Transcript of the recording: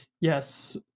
yes